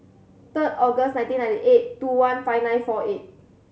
third August nineteen ninety eight two one five nine four eight